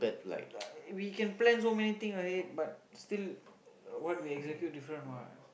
we can plan so many thing already but still what we execute different what